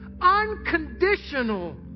unconditional